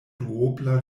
duobla